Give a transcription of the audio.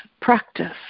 practice